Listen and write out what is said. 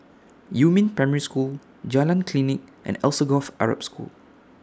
Yumin Primary School Jalan Klinik and Alsagoff Arab School